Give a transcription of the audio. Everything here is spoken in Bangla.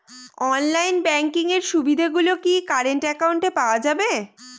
অনলাইন ব্যাংকিং এর সুবিধে গুলি কি কারেন্ট অ্যাকাউন্টে পাওয়া যাবে?